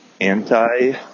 anti